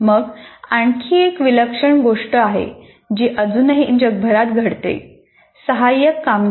मग आणखी एक विलक्षण गोष्ट आहे जी अजूनही जगभरात घडते सहाय्यक कामगिरी